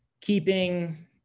keeping